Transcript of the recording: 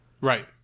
Right